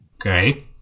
Okay